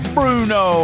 Bruno